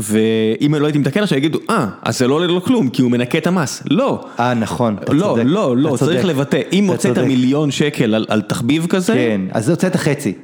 ואם לא הייתי מתקן עכשיו יגידו, אה, אז זה לא עולה לו כלום, כי הוא מנכה את המס. לא. אה, נכון. לא, לא, אתה צודק, לא, צריך לבטא. אם הוצאת מיליון שקל על תחביב כזה... כן, אז הוצאת את החצי.